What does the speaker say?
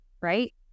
Right